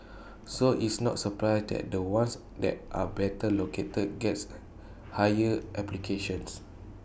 so it's no surprise that the ones that are better located gets higher applications